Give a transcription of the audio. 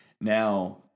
Now